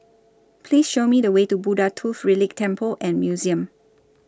Please Show Me The Way to Buddha Tooth Relic Temple and Museum